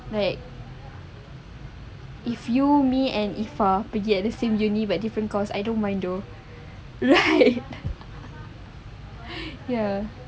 like you me and iffa pergi at the same uni but different course I don't mind though right ya